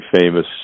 famous